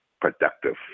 productive